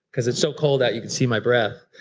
because it's so cold out you could see my breath.